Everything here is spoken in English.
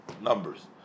numbers